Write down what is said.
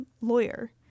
lawyer